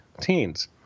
teens